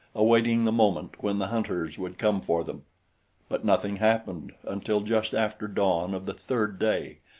awaiting the moment when the hunters would come for them but nothing happened until just after dawn of the third day,